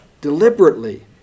deliberately